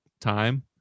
time